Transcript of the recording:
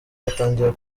batangira